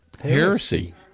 heresy